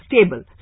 stable